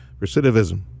recidivism